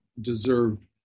deserve